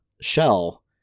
shell